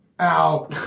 Ow